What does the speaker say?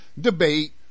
debate